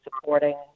supporting